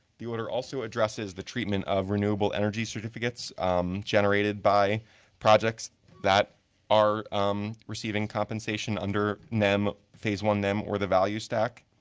the order also addresses the treatment of renewable energy certificates generated by projects that are receiving compensation under nem phase one nem or the value stack.